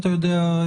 אתה יודע,